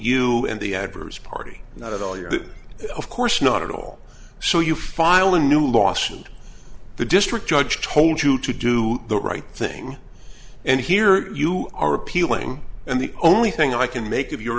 you and the adverse party not at all your of course not at all so you file a new lawsuit the district judge told you to do the right thing and here you are appealing and the only thing i can make